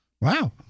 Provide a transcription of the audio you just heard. Wow